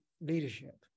leadership